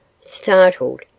Startled